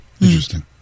Interesting